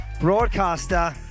broadcaster